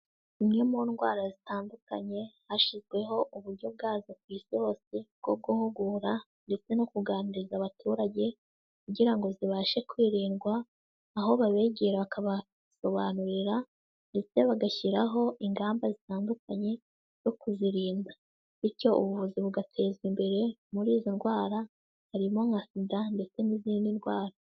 Imwe mu ndwara zitandukanye hashyizweho uburyo bwazo ku isi hose bwo guhugura ndetse no kuganiriza abaturage kugira ngo zibashe kwirindwa aho babegera bakabasobanurira ndetse bagashyiraho ingamba zitandukanye zo kuzirinda, bityo ubuvuzi bugatezwa imbere muri izo ndwara harimo nka sida ndetse n'izindi ndwara.